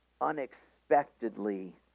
unexpectedly